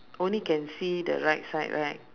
only can see the right side right